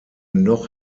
noch